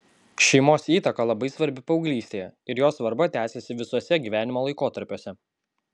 šeimos įtaka labai svarbi paauglystėje ir jos svarba tęsiasi visuose gyvenimo laikotarpiuose